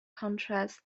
contrast